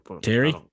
Terry